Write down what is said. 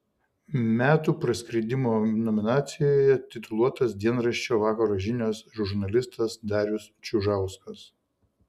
metų praskridimo nominacijoje tituluotas dienraščio vakaro žinios žurnalistas darius čiužauskas